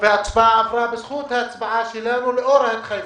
וההצבעה עברה בזכות ההצבעה שלנו, לאור ההתחייבות.